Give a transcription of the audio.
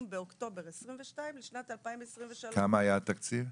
באוקטובר 2022 לשנת 2023. כמה היה התקציב?